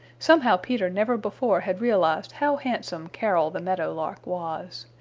somehow peter never before had realized how handsome carol the meadow lark was.